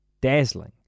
Dazzling